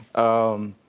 um.